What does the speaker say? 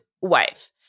wife